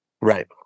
Right